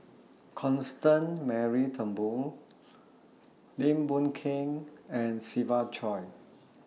Constance Mary Turnbull Lim Boon Keng and Siva Choy